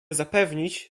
zapewnić